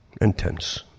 Intense